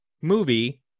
movie